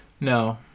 No